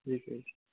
ٹھیٖک حظ چھُ